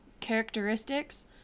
Characteristics